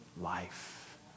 life